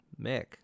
Mick